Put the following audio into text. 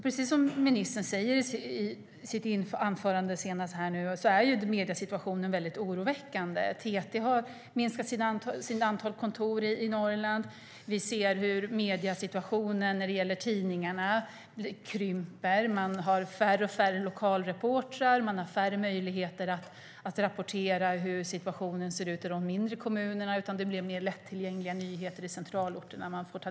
Precis som ministern sade i sitt senaste anförande är mediesituationen väldigt oroväckande - TT har minskat antalet kontor i Norrland, vi ser hur tidningarna krymper, man har färre och färre lokalreportrar och man har färre möjligheter att rapportera hur situationen ser ut i de mindre kommunerna. Människor får i stället ta del av mer lättillgängliga nyheter från centralorterna.